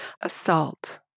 assault